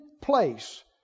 place